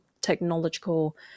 technological